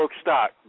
stock